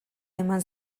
eman